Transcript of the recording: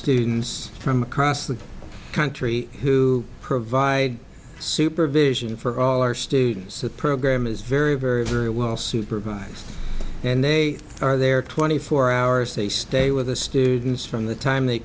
students from across the country who provide supervision for all our students the program is very very well supervised and they are there twenty four hours they stay with the students from the time they